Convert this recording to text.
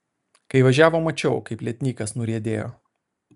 kai važiavom mačiau kaip lietnykas nuriedėjo